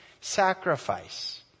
sacrifice